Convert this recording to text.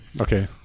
Okay